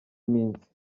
iminsi